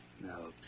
No